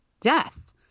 death